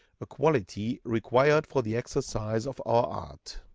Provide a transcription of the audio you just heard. a quality required for the exercise of our art.